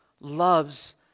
loves